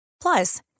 Plus